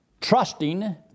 trusting